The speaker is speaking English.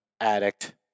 Addict